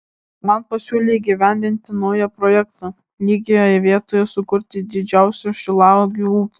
man pasiūlė įgyvendinti naują projektą lygioje vietoje sukurti didžiausią šilauogių ūkį